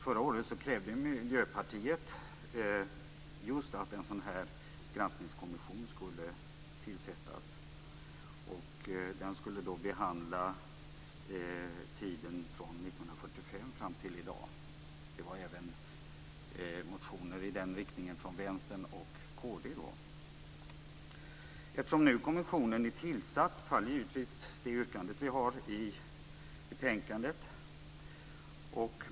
Förra året krävde Miljöpartiet just att en granskningskommission skulle tillsättas och behandla tiden från 1945 fram till i dag. Det fanns då motioner i den riktningen även från Vänsterpartiet och Kristdemokraterna. Eftersom kommissionen nu är tillsatt, faller givetvis vårt yrkande i betänkandet.